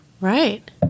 Right